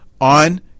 on